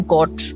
Court